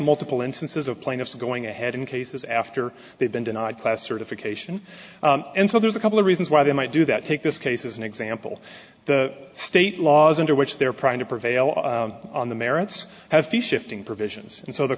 multiple instances of plaintiffs going ahead in cases after they've been denied class certification and so there's a couple of reasons why they might do that take this case as an example the state laws under which their prime to prevail on the merits have fish shifting provisions and so the